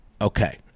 okay